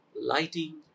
lighting